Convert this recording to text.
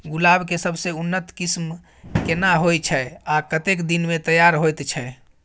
गुलाब के सबसे उन्नत किस्म केना होयत छै आ कतेक दिन में तैयार होयत छै?